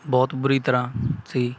ਬਹੁਤ ਬੁਰੀ ਤਰ੍ਹਾਂ ਸੀ